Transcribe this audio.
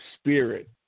spirit